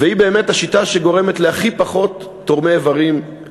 והיא באמת השיטה שגורמת להכי פחות מסכימים לתרום איברים.